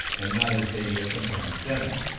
and not as they had sometimes done,